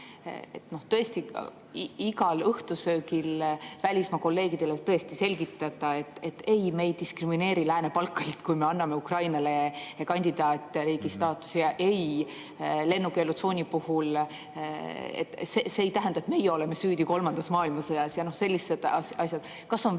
Tõesti, igal õhtusöögil välismaa kolleegidele tõesti selgitada: ei, me ei diskrimineeri Lääne‑Balkanit, kui me anname Ukrainale kandidaatriigi staatuse, ja lennukeelutsooni kehtestamine ei tähenda, et meie oleme süüdi kolmandas maailmasõjas. Kõik sellised asjad. Kas on veel